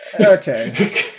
Okay